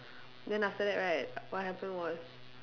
then after that right what happen was